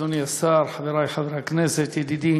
אדוני השר, חברי חברי הכנסת, ידידי